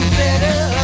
better